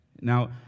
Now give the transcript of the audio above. Now